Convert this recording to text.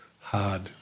hard